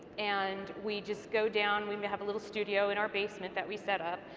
and we just go down, we have a little studio in our basement that we set up,